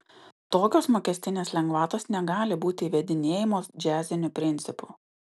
tokios mokestinės lengvatos negali būti įvedinėjamos džiaziniu principu